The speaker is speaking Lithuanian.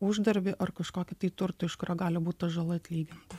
uždarbį ar kažkokį tai turtą iš kurio gali būt ta žala atlyginta